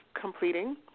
completing